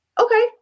Okay